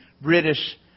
British